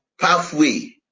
pathway